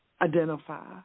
identify